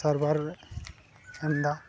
ᱥᱟᱨᱵᱷᱟᱨᱮ ᱮᱢᱫᱟ